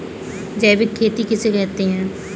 जैविक खेती किसे कहते हैं?